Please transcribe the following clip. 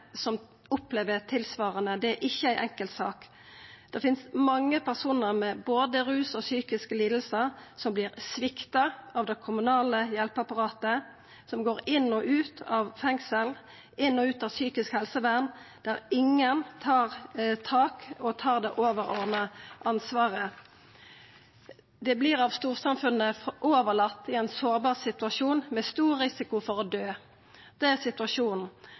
personar med både ruslidingar og psykiske lidingar som vert svikta av det kommunale hjelpeapparatet, som går inn og ut av fengsel, inn og ut av psykisk helsevern, der ingen tar tak og tar det overordna ansvaret. Dei vert av storsamfunnet overlatne i ein sårbar situasjon, med stor risiko for å døy. Det er situasjonen.